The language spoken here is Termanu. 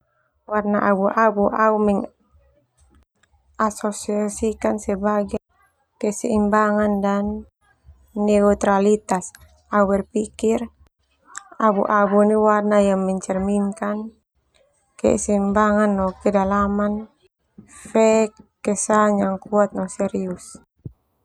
Warna abu abu au mengasosiasikan sebagai keseimbangan dan neutralitas. Au berpikir abu-abu warna yang mencerminkan keseimbangan no kedalaman feek kesan yang kuat no serius.